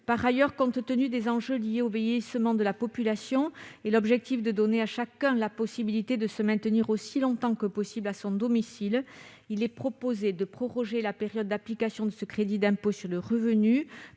Par ailleurs, compte tenu des enjeux liés au vieillissement de la population et de l'objectif de donner à chacun la possibilité de se maintenir aussi longtemps que possible à son domicile, il est proposé de proroger la période d'application de ce crédit d'impôt sur le revenu